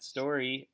Story